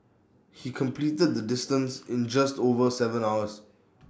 he completed the distance in just over Seven hours